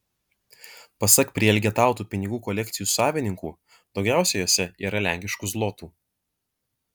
pasak prielgetautų pinigų kolekcijų savininkų daugiausiai jose yra lenkiškų zlotų